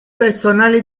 personali